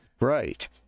Right